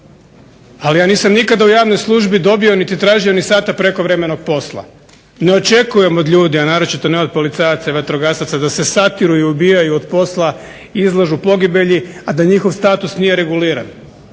ali ja nisam nikada u javnoj službi dobio ni tražio ni sata prekovremenog posla. Ne očekujem od ljudi a naročito ne od policajaca i vatrogasaca da se satiru i ubijaju od posla, izlažu pogibelji, a da njihov status nije reguliran,